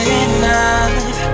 enough